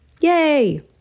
Yay